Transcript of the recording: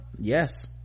Yes